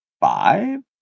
five